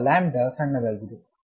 ಇದರ ಸಣ್ಣದಾಗಿದೆ